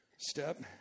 Step